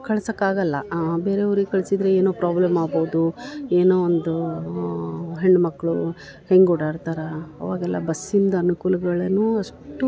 ಕಳ್ಸಕ್ಕೆ ಆಗಲ್ಲ ಬೇರೆ ಊರಿಗೆ ಕಳ್ಸಿದ್ದರೆ ಏನು ಪ್ರಾಬ್ಲಮ್ ಆಗಬೋದು ಏನೋ ಒಂದು ಹೆಣ್ಮಕ್ಕಳು ಹೆಂಗೆ ಓಡಾಡ್ತರೆ ಅವಾಗೆಲ್ಲ ಬಸ್ಸಿಂದ ಅನ್ಕೂಲ್ಗಳೇನೂ ಅಷ್ಟೂ